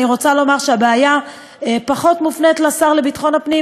אני רוצה לומר שהבעיה פחות מופנית לשר לביטחון הפנים,